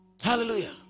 hallelujah